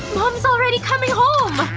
mom's already coming home!